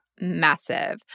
massive